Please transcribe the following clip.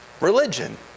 religion